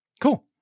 Cool